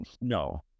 no